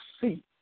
see